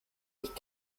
ich